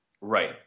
Right